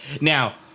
Now